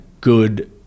good